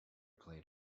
play